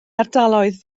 ardaloedd